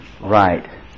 Right